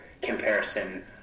comparison